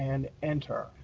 and enter.